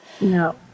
No